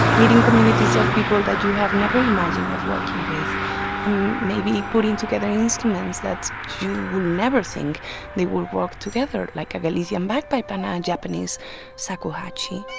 meeting communities of people that you have never imagined of working with and maybe putting together instruments that you would never think that would work together, like a galician um bagpipe and and japanese shakuhachi